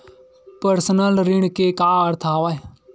Personal ऋण के का अर्थ हवय?